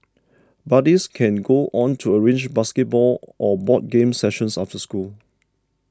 buddies can go on to arrange basketball or board games sessions after school